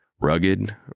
Rugged